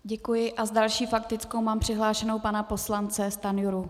Děkuji a s další faktickou mám přihlášeného pana poslance Stanjuru.